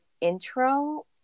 intro